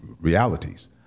realities